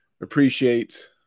appreciate